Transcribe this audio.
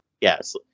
Yes